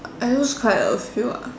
I lose quite a few ah